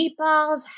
meatballs